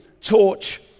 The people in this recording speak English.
torch